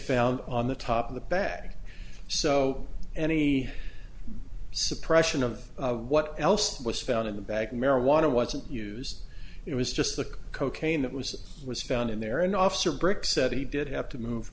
found on the top of the bag so any suppression of what else was found in the bag marijuana wasn't used it was just the cocaine that was was found in there and officer brick said he did have to move